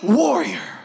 warrior